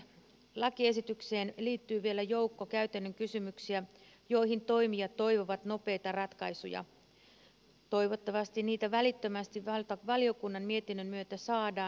lakiesitykseen liittyy vielä joukko käytännön kysymyksiä joihin toimijat toivovat nopeita ratkaisuja ja toivottavasti niitä välittömästi valiokunnan mietinnön myötä saadaan